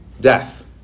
death